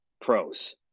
pros